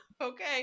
okay